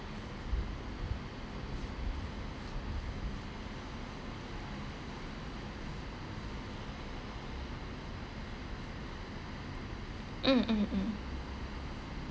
mm mm mm